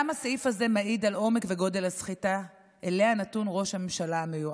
גם הסעיף הזה מעיד על גודל ועומק הסחיטה שלה נתון ראש הממשלה המיועד.